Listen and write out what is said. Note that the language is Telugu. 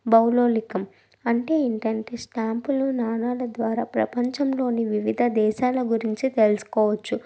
భౌగోళికం అంటే ఏమిటంటే స్టాంపులు నాణాల ద్వారా ప్రపంచంలోని వివిధ దేశాల గురించి తెలుసుకోవచ్చు